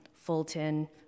Fulton